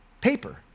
paper